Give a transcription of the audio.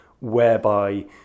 whereby